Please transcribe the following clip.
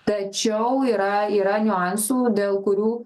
tačiau yra yra niuansų dėl kurių